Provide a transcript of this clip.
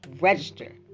Register